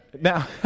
Now